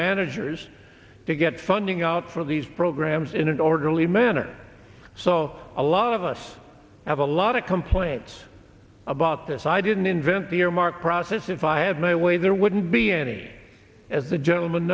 managers to get funding out for these programs in an orderly manner so a lot of us have a lot of complaints about this i didn't invent the earmark process if i had my way there wouldn't be any as the gentleman